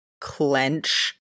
clench